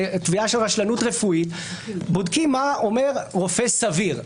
בתביעה של רשלנות רפואית בודקים מה אומר רופא סביר.